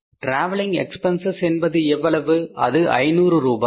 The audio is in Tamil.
டிராவலிங் எக்பென்சஸ் என்பது எவ்வளவு அது 500 ரூபாய்